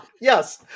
Yes